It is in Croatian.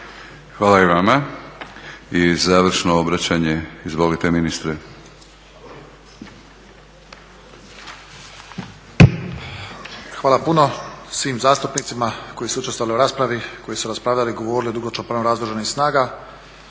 Hvala i vama. I završno obraćanje, izvolite ministre. **Kotromanović, Ante (SDP)** Hvala puno svim zastupnicima koji su učestvovali u raspravi, koji su raspravljali i govorili o dugoročnom planu razvoja Oružanih snaga.